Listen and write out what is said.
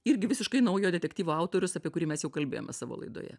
irgi visiškai naujo detektyvo autorius apie kurį mes jau kalbėjome savo laidoje